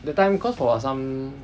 that time cause I got some